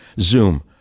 Zoom